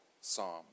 psalm